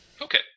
Okay